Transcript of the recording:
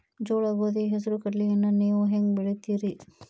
ಜೋಳ, ಗೋಧಿ, ಹೆಸರು, ಕಡ್ಲಿಯನ್ನ ನೇವು ಹೆಂಗ್ ಬೆಳಿತಿರಿ?